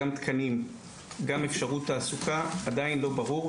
גם בתקנים וגם באפשרות תעסוקה עדיין לא ברור.